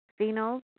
phenols